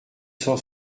cent